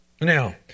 Now